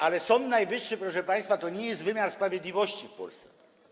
Ale Sąd Najwyższy, proszę państwa, to nie jest wymiar sprawiedliwości w Polsce.